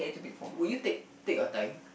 would you take take your time